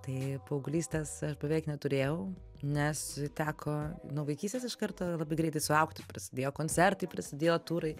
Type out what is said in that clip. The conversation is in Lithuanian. tai paauglystės aš beveik neturėjau nes teko nuo vaikystės iš karto labai greitai suaugt prasidėjo koncertai prisidėjo turai